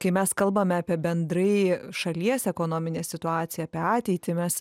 kai mes kalbam apie bendrai šalies ekonominę situaciją apie ateitį mes